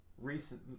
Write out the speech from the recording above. Recent